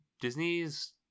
Disney's